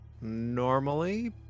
normally